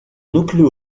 núcleo